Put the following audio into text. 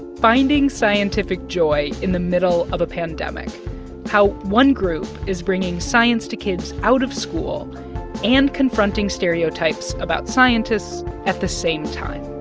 finding scientific joy in the middle of a pandemic how one group is bringing science to kids out of school and confronting stereotypes about scientists at the same time